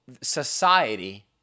society